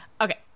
Okay